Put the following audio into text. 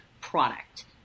product